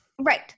Right